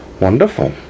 Wonderful